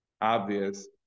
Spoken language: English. obvious